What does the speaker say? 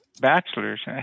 bachelors